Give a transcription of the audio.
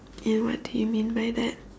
and what do you mean by that